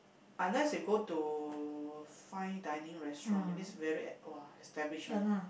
unless you go to fine dinning restaurant that means very !wah! establish one ah